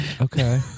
Okay